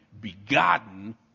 begotten